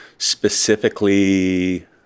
Specifically